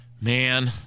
man